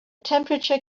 temperature